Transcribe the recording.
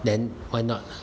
then why not